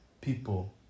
people